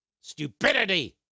stupidity